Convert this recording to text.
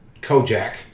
Kojak